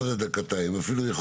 מטקס של אנשים ומחשבים שזה איגוד